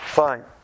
fine